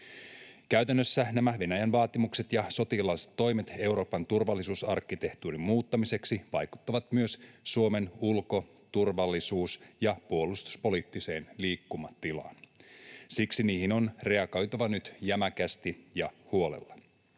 Käytännössä nämä Venäjän vaatimukset ja sotilastoimet Euroopan turvallisuusarkkitehtuurin muuttamiseksi vaikuttavat myös Suomen ulko-, turvallisuus- ja puolustuspoliittiseen liikkumatilaan. Siksi niihin on reagoitava nyt jämäkästi ja huolella.